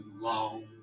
long